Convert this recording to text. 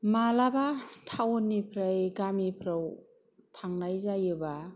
मालाबा टाउननिफ्राय गामिफ्राव थांनाय जायोबा